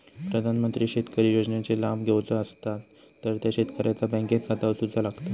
प्रधानमंत्री शेतकरी योजनेचे लाभ घेवचो असतात तर त्या शेतकऱ्याचा बँकेत खाता असूचा लागता